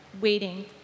waiting